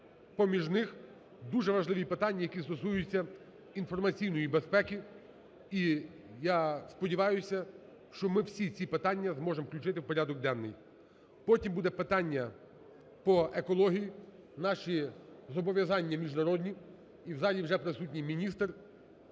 поміж них дуже важливі питання, які стосуються інформаційної безпеки і, я сподіваюся, що ми всі ці питання зможемо включити в порядок денний. Потім буде питання по екології, наші зобов’язання міжнародні, і в залі вже присутній міністр.